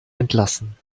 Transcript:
entlassen